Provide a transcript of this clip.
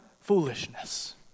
foolishness